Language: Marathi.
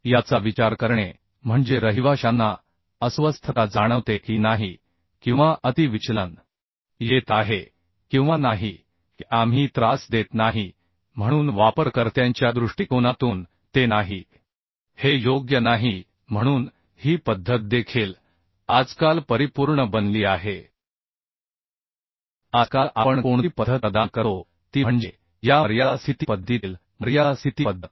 याचा विचार करणे म्हणजे रहिवाशांना अस्वस्थता जाणवते की नाही किंवा अति विचलन येत आहे किंवा नाही की आम्ही त्रास देत नाही म्हणून वापरकर्त्यांच्या दृष्टिकोनातून ते नाही हे योग्य नाही म्हणून ही पद्धत देखील आजकाल परिपूर्ण बनली आहे आजकाल आपण कोणती पद्धत प्रदान करतो ती म्हणजे या मर्यादा स्थिती पद्धतीतील मर्यादा स्थिती पद्धत